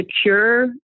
secure